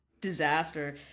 disaster